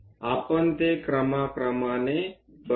आपण ते क्रमाक्रमाने बनवू